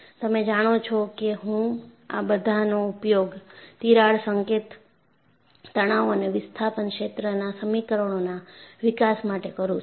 તમે જાણો છો કે હું આ બધાનો ઉપયોગ તિરાડ સંકેત તણાવ અને વિસ્થાપન ક્ષેત્રના સમીકરણોના વિકાસ માટે કરું છું